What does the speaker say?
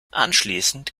anschließend